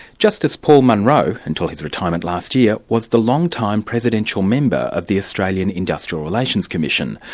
justice paul munro, until his retirement last year, was the long-time presidential member of the australian industrial relations commission,